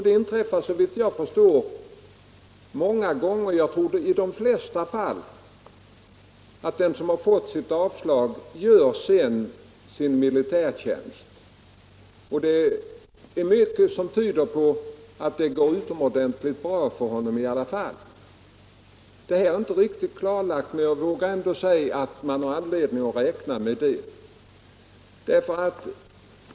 Det inträffar många gånger — jag tror att det gäller de flesta fallen — att den som har fått avslag sedan gör sin militärtjänst. Mycket tyder på att det går utomordentligt bra för dem i alla fall. Det här är inte riktigt klarlagt, men jag vågar ändå säga att man har anledning att räkna med att det är så.